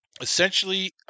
Essentially